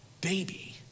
baby